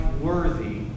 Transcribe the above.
worthy